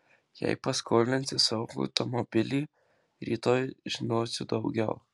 jei paskolinsi savo automobilį rytoj žinosiu daugiau